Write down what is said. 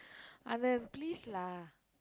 Anand please lah